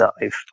dive